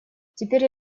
теперь